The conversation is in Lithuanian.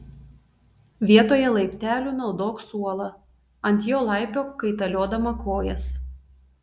vietoje laiptelių naudok suolą ant jo laipiok kaitaliodama kojas